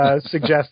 suggest